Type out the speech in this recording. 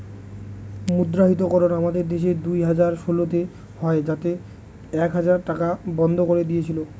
মুদ্রাহিতকরণ আমাদের দেশে দুই হাজার ষোলোতে হয় যাতে এক হাজার টাকা বন্ধ করে দিয়েছিল